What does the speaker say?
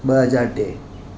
ॿ हज़ार टे